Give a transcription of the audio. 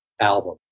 album